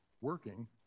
working